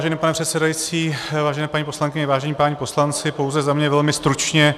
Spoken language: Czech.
Vážený pane předsedající, vážené paní poslankyně, vážení páni poslanci, pouze za mě velmi stručně.